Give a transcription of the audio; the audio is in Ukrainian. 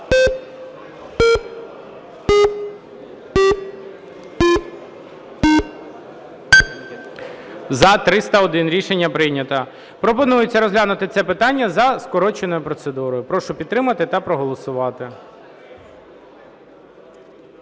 За-301 Рішення прийнято. Пропонується розглянути це питання за скороченою процедурою. Прошу підтримати та проголосувати.